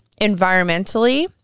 environmentally